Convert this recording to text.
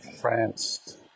France